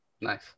Nice